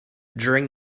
during